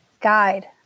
guide